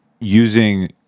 using